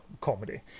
comedy